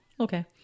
Okay